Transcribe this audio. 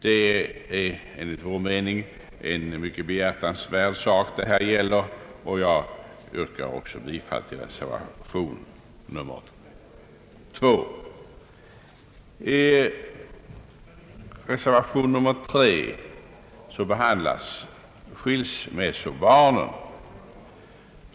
Det gäller här enligt vår mening en mycket behjärtansvärd sak. Jag yrkar också bifall till reservation 2. I reservation 3 behandlas skilsmässobarnen.